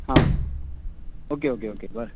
हां okay okay okay बरें